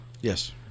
yes